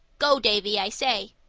go, davy, i say.